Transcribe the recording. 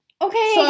Okay